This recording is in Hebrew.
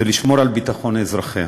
זה לשמור על ביטחון אזרחיה.